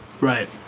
Right